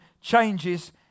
changes